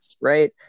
right